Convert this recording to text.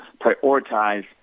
prioritize